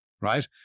right